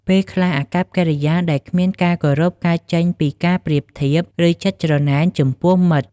ពេលខ្លះ អាកប្បកិរិយាដែលគ្មានការគោរពកើតចេញពីការប្រៀបធៀប ឬចិត្តច្រណែនចំពោះមិត្ត។